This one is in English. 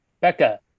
Becca